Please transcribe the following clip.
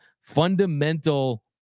fundamental